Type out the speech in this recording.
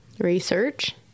Research